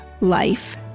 life